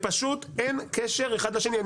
פשוט אין קשר בין אחד לשני.